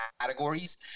categories